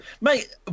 Mate